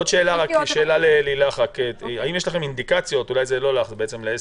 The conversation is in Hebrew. עוד שאלה ללילך, ואולי זה לא אליך אלא לאסתי.